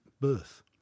birth